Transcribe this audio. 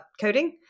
coding